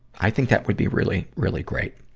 i think that would be really, really great.